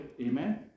Amen